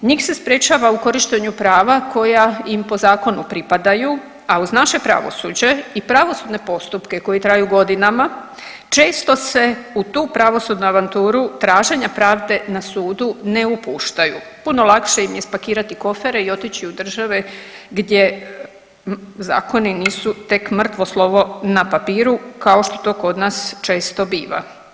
Njih se sprječava u korištenju prava koja im po zakonu pripadaju, a uz naše pravosuđe i pravosudne postupke koji traju godinama često se u tu pravosudnu avanturu traženja pravde na sudu ne upuštaju, puno lakše im je spakirati kofere i otići u države gdje zakoni nisu tek mrtvo slovo na papiru kao što to kod nas često biva.